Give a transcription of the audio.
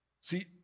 See